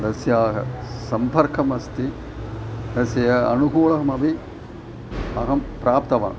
तस्य सम्पर्कम् अस्ति तस्य अनुकूलमपि अहं प्राप्तवान्